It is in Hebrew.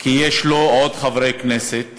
כי יש לו עוד חברי כנסת